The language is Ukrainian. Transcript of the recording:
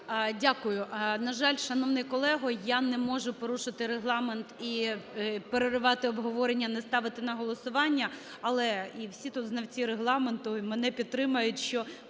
Дякую. На жаль, шановний колего, я не можу порушити Регламент і переривати обговорення, не ставити на голосування. Але і всі тут знавці Регламенту і мене підтримають,